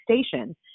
station